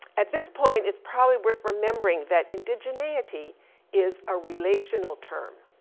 at this point it's probably worth remembering that indigeneity is a relational term.